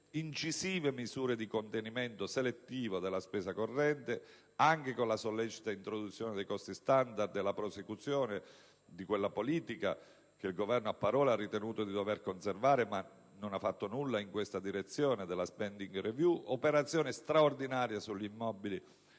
incisive misure di contenimento selettivo della spesa corrente, anche con la sollecita introduzione dei costi standard e la prosecuzione della politica - che il Governo, a parole, ha ritenuto di dover conservare, ma senza far nulla in questa direzione - della *spending review,* operazioni straordinarie sugli immobili